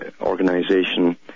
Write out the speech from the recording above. organization